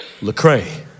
Lecrae